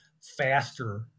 faster